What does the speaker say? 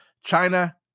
China